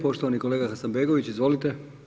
Poštovani kolega Hasanbegović, izvolite.